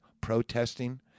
protesting